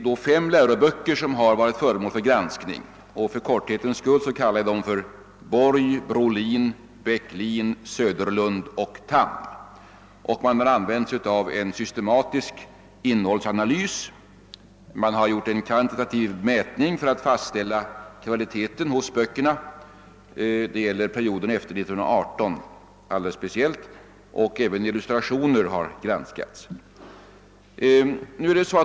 Det är fem läroböcker som varit föremål för granskning. För korthetens skull kallar jag dem Borg, Brolin, Bäcklin, Söderlund och Tham. Man har använt en systematisk innehållsanalys och har gjort en kvantitativ mätning för att fastställa kvaliteten hos böckerna, speciellt med avseende på perioden efter 1918. även illustrationerna har granskats.